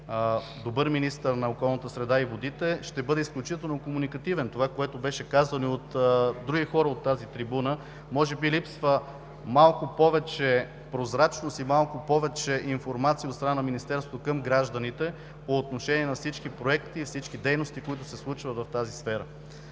добър министър на околната среда и водите, ще бъде изключително комуникативен – това, което беше казано и от други хора от тази трибуна. Може би липсва малко повече прозрачност и малко повече информация от страна на Министерството към гражданите по отношение на всички проекти и всички дейности, които се случват в тази сфера.